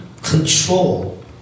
control